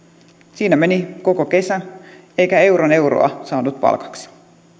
siinä meni koko kesä eikä euron euroa saanut palkaksi